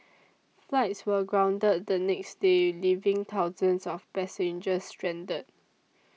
flights were grounded the next day leaving thousands of passengers stranded